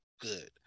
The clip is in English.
Good